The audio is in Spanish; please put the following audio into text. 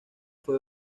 fue